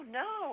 no